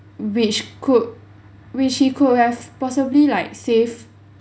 which could which he could have possibly like save